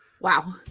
Wow